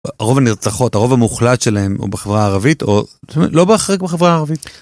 רוב הנרצחות, הרוב המוחלט שלהן, הוא בחברה הערבית או לא בחלק בחברה הערבית.